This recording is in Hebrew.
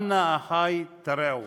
אל נא אחי תרעו.